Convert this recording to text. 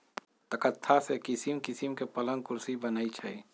तकख्ता से किशिम किशीम के पलंग कुर्सी बनए छइ